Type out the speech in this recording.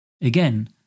Again